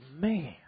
man